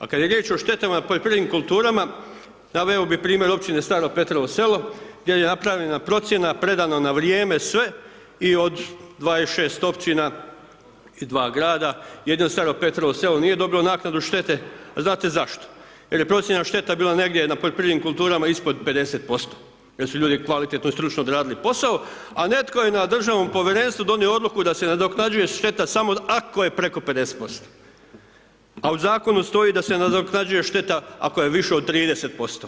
A kad je riječ o štetama u poljoprivrednim kulturama, naveo bi primjer općine Staro Petrovo Selo, gdje je napravljena procjena, predano na vrijeme sve i od 26 općina i 2 grada, jedino Staro Petrovo Selo nije dobilo naknadu štete, a znate zašto, jer je procjena šteta bila negdje na poljoprivrednim kulturama ispod 50% jer su ljudi kvalitetno i stručno odradili posao, a netko je na državnom Povjerenstvu donio odluku da se nadoknađuje šteta samo ako je preko 50%, a u Zakonu stoji da se nadoknađuje šteta ako je viša od 30%